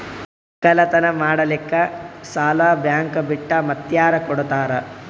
ಒಕ್ಕಲತನ ಮಾಡಲಿಕ್ಕಿ ಸಾಲಾ ಬ್ಯಾಂಕ ಬಿಟ್ಟ ಮಾತ್ಯಾರ ಕೊಡತಾರ?